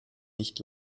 nicht